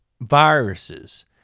viruses